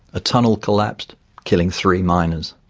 a tunnel collapsed killing three miners.